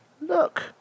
Look